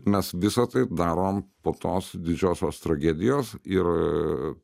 mes visa tai darom po tos didžiosios tragedijos ir